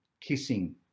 kissing